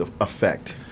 effect